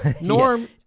Norm